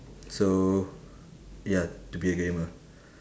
so ya to be a gamer